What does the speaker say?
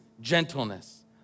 gentleness